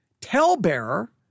tell-bearer